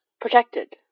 protected